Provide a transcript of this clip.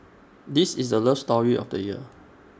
this is the love story of the year